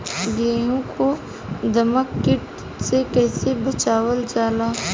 गेहूँ को दिमक किट से कइसे बचावल जाला?